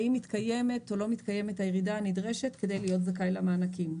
האם מתקיימת או לא מתקיימת הירידה הנדרשת כדי להיות זכאי למענקים,